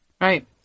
Right